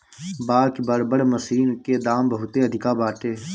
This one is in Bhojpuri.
बाकि बड़ बड़ मशीन के दाम बहुते अधिका बाटे